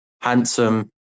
handsome